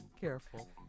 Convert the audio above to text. careful